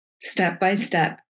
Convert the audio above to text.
step-by-step